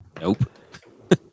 nope